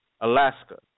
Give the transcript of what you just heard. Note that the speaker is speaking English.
Alaska